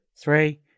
Three